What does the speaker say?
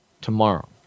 tomorrow